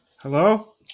Hello